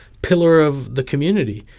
pillar of the community.